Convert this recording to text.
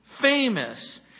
famous